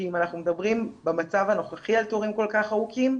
שאם אנחנו מדברים במצב הנוכחי על תורים כל כך ארוכים,